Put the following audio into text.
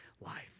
life